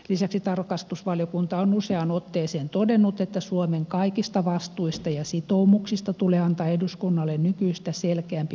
lisäksi tarkastusvaliokunta on useaan otteeseen todennut että suomen kaikista vastuista ja sitoumuksista tulee antaa eduskunnalle nykyistä selkeämpi kokonaiskuva